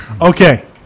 Okay